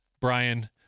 Brian